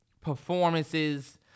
performances